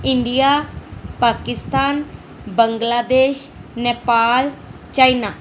India Pakistan Bangladesh Nepal China